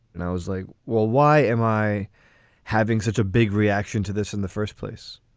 and i was like, well, why am i having such a big reaction to this in the first place?